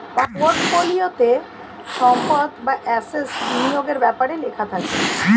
পোর্টফোলিওতে সম্পদ বা অ্যাসেট বিনিয়োগের ব্যাপারে লেখা থাকে